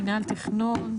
מנהל תכנון,